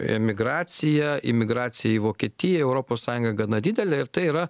emigracija imigracija į vokietiją europos sąjunga gana didelė ir tai yra